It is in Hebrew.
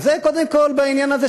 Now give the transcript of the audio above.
אז זה קודם כול בעניין הזה,